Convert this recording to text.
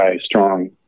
strong